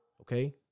okay